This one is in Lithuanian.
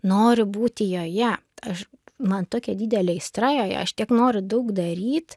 noriu būti joje aš man tokia didelė aistra joje aš tiek noriu daug daryt